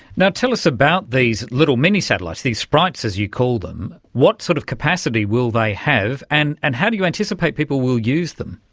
tell us about these little mini satellites, these sprites as you call them. what sort of capacity will they have? and and how do you anticipate people will use them?